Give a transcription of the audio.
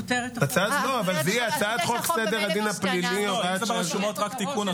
אנחנו לא רוצים שערבים יפגעו ביהודים ולא שיהודים יפגעו בערבים.